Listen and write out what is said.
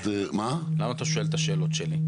למה אתה שואל את השאלות שלי?